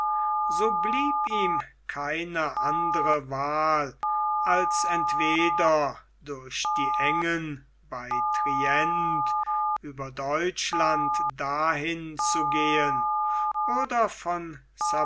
so blieb ihm keine andere wahl als entweder durch die engen bei trient über deutschland dahin zu gehen oder von